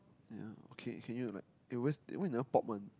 ya okay can you like where's eh why you never pop one